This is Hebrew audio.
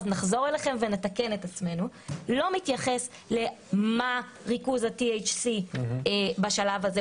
נחזור אליכם ונתקן את עצמנו - לא מתייחס לריכוז ה-THC בשלב הזה.